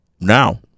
Now